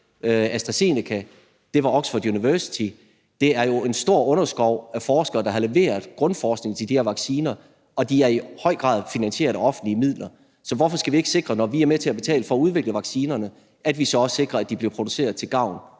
AstraZeneca var fra Oxford University. Der er jo en stor underskov af forskere, der har leveret grundforskning til de her vacciner, og de er i høj grad finansieret af offentlige midler. Så hvorfor skal vi ikke, når vi er med til at betale for at udvikle vaccinerne, sikre, at de så også bliver produceret til gavn